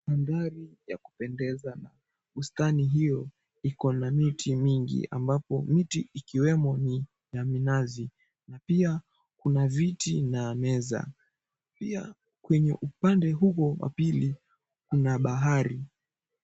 Mandhari ya kupendeza na bustani hiyo iko na miti mingi ambapo miti ikiwemo ya mnazi, pia kuna viti na meza pia kwenye upande huo wa pili kuna bahari.